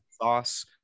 sauce